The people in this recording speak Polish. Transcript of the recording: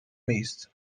miejsce